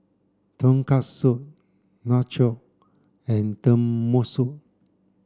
Tonkatsu Nacho and Tenmusu